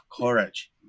courage